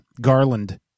Garland